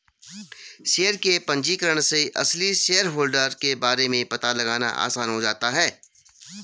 share के पंजीकरण से असली शेयरहोल्डर के बारे में पता लगाना आसान हो जाता है